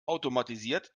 automatisiert